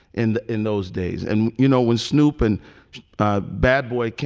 and in those days and you know, when snoop and ah bad boy,